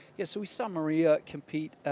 yeah so we saw maria compete.